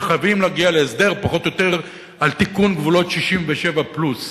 וחייבים להגיע להסדר פחות או יותר על תיקון גבולות 67' פלוס.